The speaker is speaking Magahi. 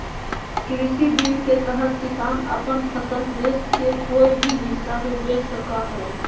कृषि बिल के तहत किसान अपन फसल देश के कोय भी हिस्सा में बेच सका हइ